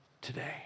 today